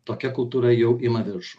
tokia kultūra jau ima viršų